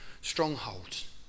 strongholds